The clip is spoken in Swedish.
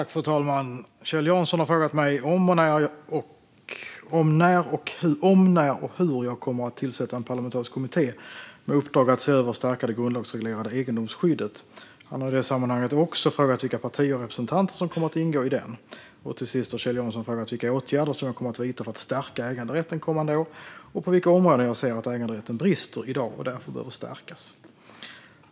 Svar på interpellationer Fru talman! Kjell Jansson har frågat mig om när och hur jag kommer att tillsätta en parlamentarisk kommitté med uppdrag att se över och stärka det grundlagsreglerade egendomsskyddet. Han har i det sammanhanget också frågat vilka partier och representanter som kommer att ingå i den. Till sist har Kjell Jansson frågat vilka åtgärder som jag kommer att vidta för att stärka äganderätten kommande år och på vilka områden jag ser att äganderätten brister i dag och därför behöver stärkas.